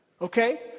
Okay